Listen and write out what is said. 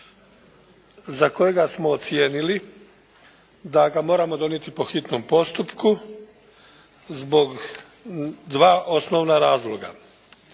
za kojega smo ocijenili da ga moramo donijeti po hitnom postupku zbog dva osnovna razloga.